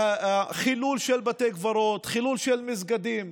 חילול של בתי קברות, חילול של מסגדים.